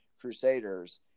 crusaders